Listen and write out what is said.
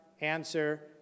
Answer